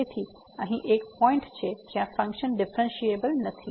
તેથી અહીં એક પોઈન્ટ છે જ્યાં ફંક્શન ડિફ્રેન્સિએબલ નથી